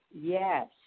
yes